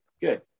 Good